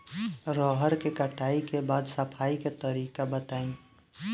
रहर के कटाई के बाद सफाई करेके तरीका बताइ?